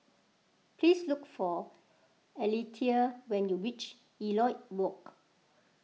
please look for Alethea when you reach Elliot Walk